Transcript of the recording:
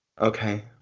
Okay